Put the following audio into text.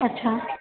اچھا